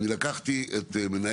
אחד הדברים שעשיתי הוא שלקחתי את מנהל